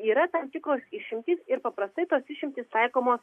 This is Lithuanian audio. yra tam tikros išimtys ir paprastai tos išimtys taikomos